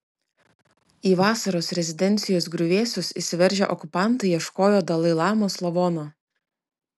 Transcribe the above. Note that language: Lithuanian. į vasaros rezidencijos griuvėsius įsiveržę okupantai ieškojo dalai lamos lavono